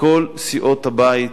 מכל סיעות הבית,